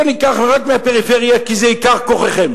בואו ניקח רק מהפריפריה, כי שם עיקר כוחכם: